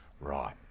right